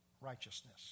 righteousness